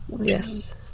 yes